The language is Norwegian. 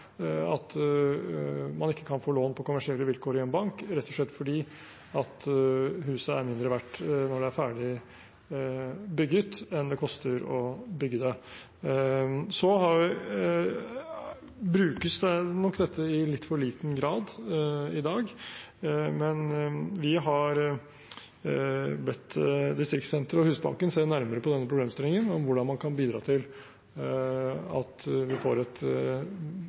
at man ikke kan få lån på kommersielle vilkår i en bank, rett og slett fordi huset er mindre verdt når det er ferdig bygget enn det koster å bygge det. Så brukes nok dette i litt for liten grad i dag, men vi har bedt Distriktssenteret og Husbanken se nærmere på denne problemstillingen, om hvordan man kan bidra til at vi får et